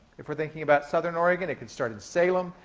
if we're thinking about southern oregon. it could start in salem.